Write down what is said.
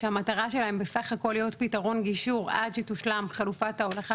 כשהמטרה שלהן היא בסך הכל להיות פתרון גישור עד שתושלם חלופת ההולכה,